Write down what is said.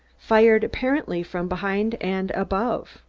fired, apparently, from behind and above.